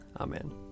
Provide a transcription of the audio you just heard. Amen